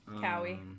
Cowie